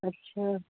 अच्छा